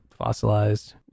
Fossilized